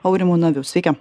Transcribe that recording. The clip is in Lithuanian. aurimu naviu sveiki